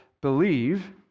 believe